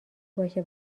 باشه